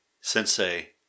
Sensei